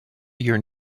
your